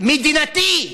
מדינתי,